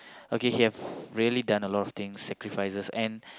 okay he have really done a lot of things sacrifices and